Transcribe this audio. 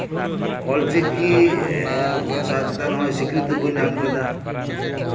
ᱚᱞᱪᱤᱠᱤ ᱵᱷᱟᱥᱟ ᱪᱮᱛᱟᱱᱨᱮ ᱥᱤᱠᱨᱤᱛᱤ ᱵᱚᱱ ᱧᱟᱢ ᱠᱮᱫᱟ